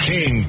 King